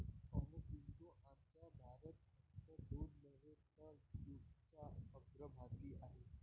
अहो पिंटू, आमचा भारत फक्त दूध नव्हे तर जूटच्या अग्रभागी आहे